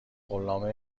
قولنامه